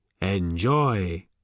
enjoy